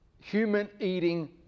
human-eating